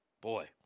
boy